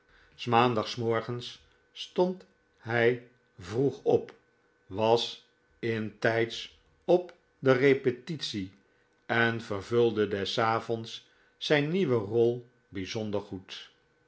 s maandags morgens stond hij vroeg op was intijds op de repetitie en vervulde des avonds zijne nieuwe rol bijzonder goed